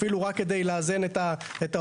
אפילו רק כדי לאזן את ההוצאות.